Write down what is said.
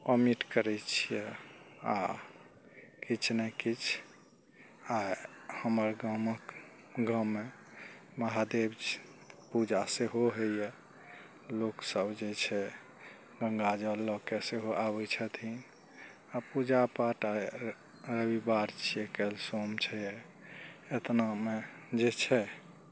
omit करै छियै आ किछु ने किछु आ हमर गामक गाँवमे महादेब छै पूजा सेहो होइए लोकसब जे छै गङ्गा जल लऽ के सेहो आबै छथिन आ पूजा पाठ आ रविवार छियै काल्हि सोम छै आइ एतनामे जे छै